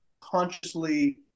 consciously